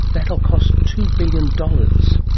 that'll cost two billion dollars.